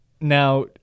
now